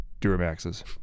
Duramaxes